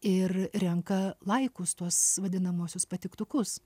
ir renka laikus tuos vadinamuosius patiktukus